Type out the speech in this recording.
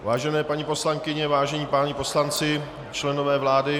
Vážené paní poslankyně, vážení páni poslanci, členové vlády.